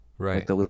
right